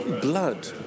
Blood